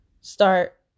start